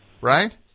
right